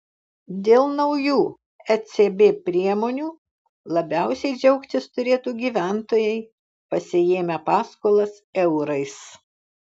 dėl naujų ecb priemonių labiausiai džiaugtis turėtų gyventojai pasiėmę paskolas eurais